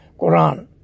Quran